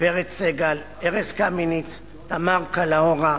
פרץ סגל, ארז קמיניץ, תמר קלהורה,